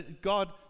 God